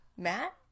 Matt